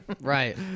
Right